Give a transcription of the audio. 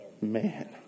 Man